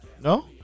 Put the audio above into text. No